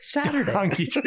Saturday